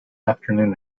afternoon